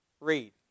read